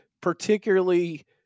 particularly